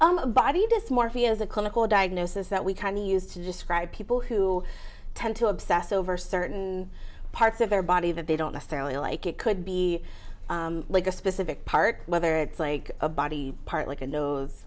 ia body dysmorphia is a clinical diagnosis that we can use to describe people who tend to obsess over certain parts of their body that they don't necessarily like it could be like a specific part whether it's like a body part like a nose